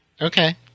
Okay